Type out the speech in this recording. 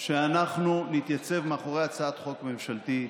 הודענו שאנחנו נתייצב מאחורי הצעת חוק ממשלתית.